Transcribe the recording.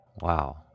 Wow